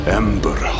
ember